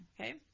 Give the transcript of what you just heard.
okay